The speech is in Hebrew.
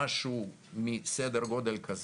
משהו בסדר גודל כזה,